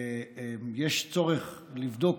יש צורך לבדוק,